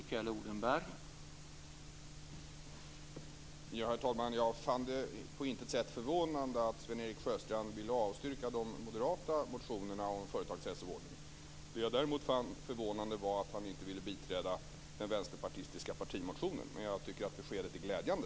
Herr talman! Jag fann det på intet sätt förvånande att Sven-Erik Sjöstrand ville avstyrka de moderata motionerna om företagshälsovården. Det jag däremot fann förvånande var att han inte ville biträda den vänsterpartistiska partimotionen. Men jag tycker samtidigt att beskedet är glädjande.